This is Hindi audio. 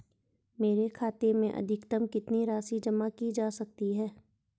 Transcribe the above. मेरे खाते में अधिकतम कितनी राशि जमा की जा सकती है?